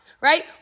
Right